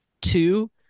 Two